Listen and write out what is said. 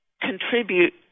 contribute